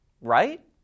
right